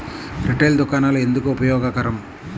Retail దుకాణాలు ఎందుకు ఉపయోగకరం?